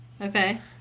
Okay